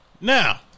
now